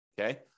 Okay